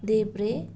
देब्रे